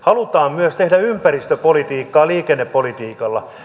halutaan myös tehdä ympäristöpolitiikkaa liikennepolitiikalla